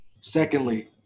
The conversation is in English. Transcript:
Secondly